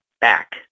back